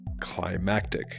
Climactic